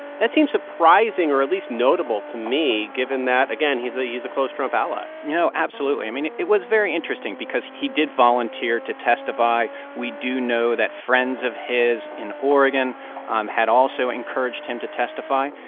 that seems surprising or at least notable to me, given that, again, he's ah he's a close trump ally you know, absolutely. i mean, it was very interesting because he did volunteer to testify. we do know that friends of his in oregon um had also encouraged him to testify.